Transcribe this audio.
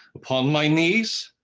upon my knees,